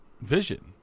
Vision